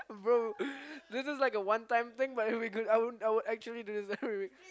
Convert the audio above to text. bro this is like a one time thing but we could I would actually do this every week